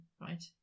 Right